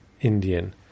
Indian